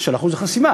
של 4%,